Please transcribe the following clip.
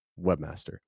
webmaster